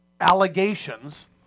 allegations –